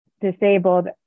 disabled